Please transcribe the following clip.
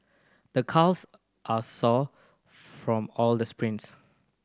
the calves are sore from all the sprints